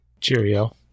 Cheerio